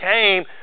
came